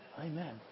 Amen